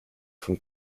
from